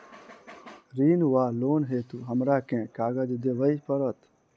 ऋण वा लोन हेतु हमरा केँ कागज देबै पड़त?